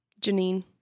Janine